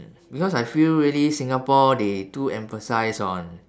mm because I feel really singapore they too emphasise on